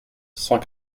cent